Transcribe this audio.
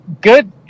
Good